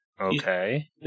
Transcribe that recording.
Okay